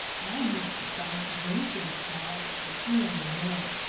i used to think jenkins's cows were thin enough,